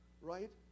right